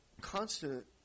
constant